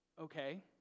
okay